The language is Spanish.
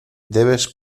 debes